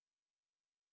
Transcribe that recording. hello